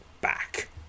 back